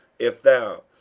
if thou,